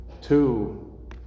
Two